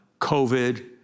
COVID